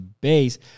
base